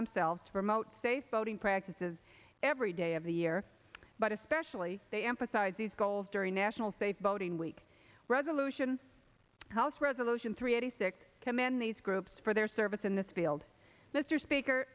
themselves to promote safe voting practices every day of the year but especially they emphasize these goals during national faith voting week resolution house resolution three eighty six command these groups for their service in this field mr speaker